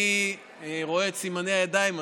אני רואה את סימני הידיים,